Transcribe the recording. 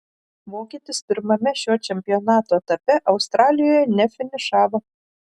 vokietis pirmame šio čempionato etape australijoje nefinišavo